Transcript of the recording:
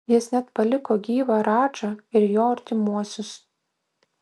jis net paliko gyvą radžą ir jo artimuosius